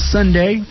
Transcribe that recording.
Sunday